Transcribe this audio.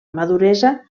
maduresa